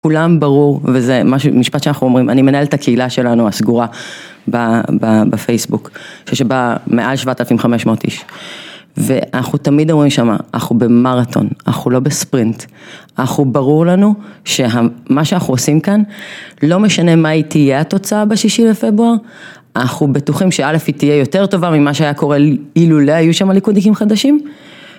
לכולם ברור, וזה משפט שאנחנו אומרים, אני מנהלת הקהילה שלנו הסגורה בפייסבוק, שיש בה מעל 7,500 איש, ואנחנו תמיד אומרים שמה, אנחנו במרתון, אנחנו לא בספרינט, אנחנו ברור לנו, שמה שאנחנו עושים כאן, לא משנה מה תהיה התוצאה בשישי לפברואר, אנחנו בטוחים שהיא תהיה יותר טובה ממה שהיה קורה, אילולא היו שם ליכודניקים חדשים.